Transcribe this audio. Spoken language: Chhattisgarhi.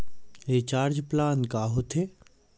रिचार्ज प्लान का होथे?